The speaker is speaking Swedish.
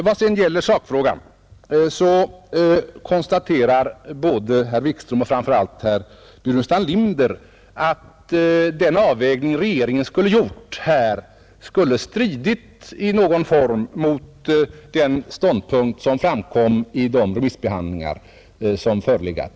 När det gäller sakfrågan konstaterar både herr Wikström och framför allt herr Burenstam Linder att den avvägning som regeringen har gjort skulle ha stridit i någon form mot den ståndpunkt som framkom vid remissbehandlingen.